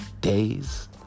days